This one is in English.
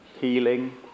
healing